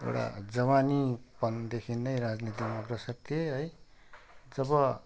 एउटा जवानीपनदेखि नै राजनीतिमा अग्रसर थिएँ है जब